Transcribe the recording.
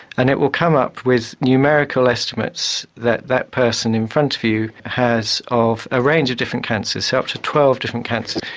and it will come up with numerical estimates that that person in front of you has of a range of different cancers, up to twelve different cancers.